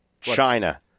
China